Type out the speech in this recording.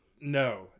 No